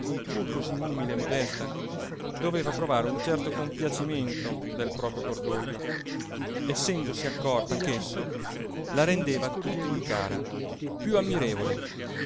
pur cosí umile e modesta doveva provare un certo compiacimento del proprio cordoglio essendosi accorta ch'esso la rendeva a tutti piú cara piú ammirevole